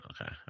Okay